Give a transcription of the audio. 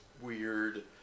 weird